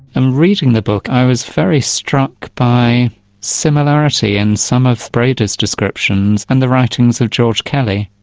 and reading the book i was very struck by similarity in some of brady's descriptions and the writings of george kelly,